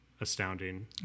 astounding